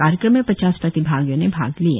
कार्यक्रम में पचास प्रतिभागियों ने भाग लिया